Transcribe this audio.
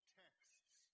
texts